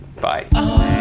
Bye